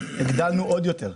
הגדלנו עוד יותר,